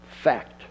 fact